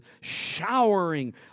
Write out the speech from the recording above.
showering